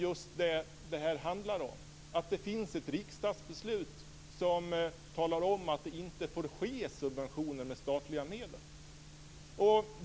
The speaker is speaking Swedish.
Ja, vad det här handlar om är just att det finns ett riksdagsbeslut som säger att det inte får ske subventioner med statliga medel.